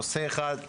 נושא אחד,